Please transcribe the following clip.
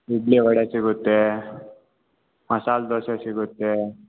ಇಡ್ಲಿ ವಡೆ ಸಿಗುತ್ತೆ ಮಸಾಲೆ ದೋಸೆ ಸಿಗುತ್ತೆ